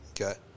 Okay